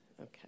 Okay